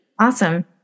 Awesome